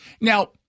Now